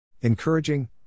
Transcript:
Encouraging